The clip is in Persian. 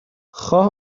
خواه